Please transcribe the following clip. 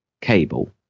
cable